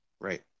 right